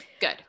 Good